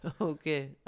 Okay